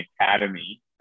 academy